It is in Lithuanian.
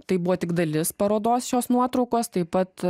tai buvo tik dalis parodos šios nuotraukos taip pat